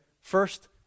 first